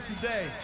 today